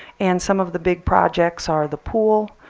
and some of the big projects are the pool,